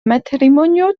matrimonio